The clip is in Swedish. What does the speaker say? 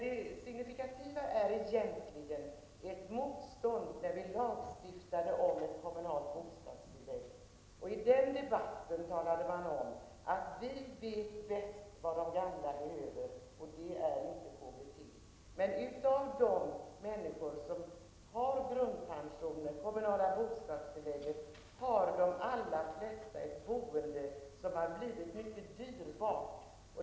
Det signifikativa är det motstånd som fanns när vi lagstiftade om ett kommunalt bostadstillägg. I den debatten talade centern om vad de gamla bäst behöver, vilket inte var KBT. Men av de människor som har grundpension och det kommunala bostadstillägget, har de allra flesta ett boende som har blivit mycket dyrbart.